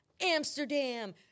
Amsterdam